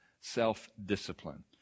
self-discipline